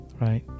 Right